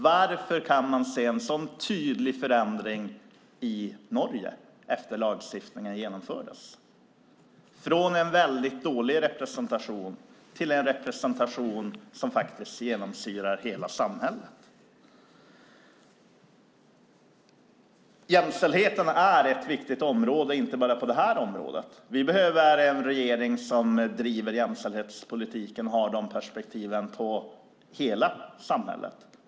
Varför kan man se en så tydlig förändring i Norge efter det att lagstiftning där genomförts - en förändring från en väldigt dålig kvinnorepresentation till en representation som är sådan att den faktiskt genomsyrar hela samhället? Jämställdheten är viktig och då inte bara på det här området. Vi behöver en regering som driver jämställdhetspolitiken och som har ett jämställdhetsperspektiv på hela samhället.